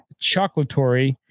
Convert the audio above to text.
chocolatory